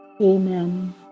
Amen